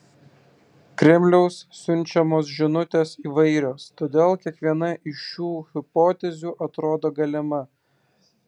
kremliaus siunčiamos žinutės įvairios todėl kiekviena iš šių hipotezių atrodo galima